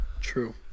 True